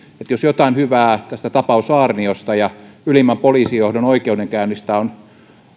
jos jotain hyvää tapaus aarniosta ja ylimmän poliisijohdon oikeudenkäynnistä on